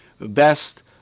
best